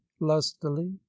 lustily